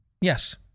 Yes